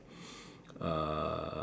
uh